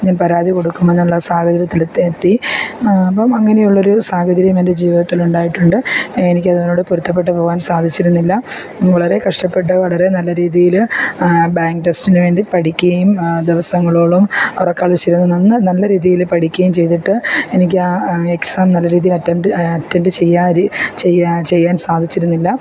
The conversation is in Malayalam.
ഞാൻ പരാതി കൊടുക്കുമെന്നുള്ള സാഹചര്യത്തിൽ എത്തി എത്തി അപ്പം അങ്ങനെയുള്ളൊരു സാഹചര്യം എൻ്റെ ജീവിതത്തിൽ ഉണ്ടായിട്ടുണ്ട് എനിക്ക് അതിനോട് പൊരുത്തപെട്ടുപോകാൻ സാധിച്ചിരുന്നില്ല വളരെ കഷ്ടപ്പെട്ട് വളരെ നല്ല രീതിയിൽ ബാങ്ക് ടെസ്റ്റിനുവേണ്ടി പഠിക്കുകയും ദിവസങ്ങളോളം ഉറക്കമിളച്ചിരുന്ന് നന്ന നല്ല രീതിയിൽ പഠിക്കുവേം ചെയ്തിട്ട് എനിക്ക് ആ എക്സാം നല്ല രീതിയിൽ അറ്റൻഡ് അറ്റൻഡ് ചെയ്യാൻ ചെയ്യാൻ ചെയ്യാൻ സാധിച്ചിരുന്നില്ല